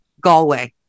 Galway